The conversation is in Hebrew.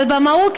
אבל במהות,